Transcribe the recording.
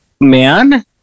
man